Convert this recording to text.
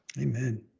Amen